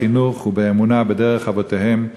בחינוך ובאמונה בדרך אבותיהם,